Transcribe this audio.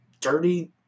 dirty